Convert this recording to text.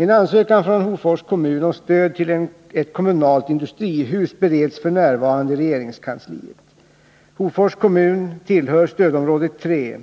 En ansökan från Hofors kommun om stöd till ett kommunalt industrihus bereds f. n. i regeringskansliet. Hofors kommun tillhör stödområde 3.